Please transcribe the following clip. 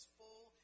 full